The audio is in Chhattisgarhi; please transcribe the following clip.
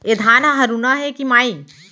ए धान ह हरूना हे के माई?